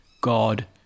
God